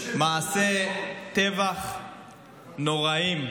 מעשי טבח נוראיים.